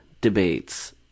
debates